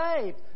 saved